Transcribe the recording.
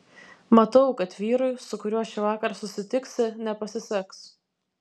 matau kad vyrui su kuriuo šįvakar susitiksi nepasiseks